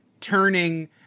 turning